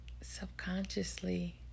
subconsciously